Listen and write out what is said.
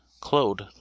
clothed